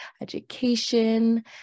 education